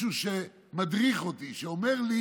למישהו שמדריך אותי, שאומר לי